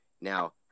Now